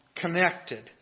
connected